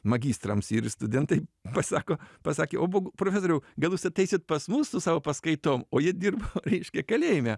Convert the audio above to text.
magistrams ir studentai pasako pasakė o bogu profesoriau gal jūs ateisit pas mus su savo paskaitom o jie dirbo reiškia kalėjime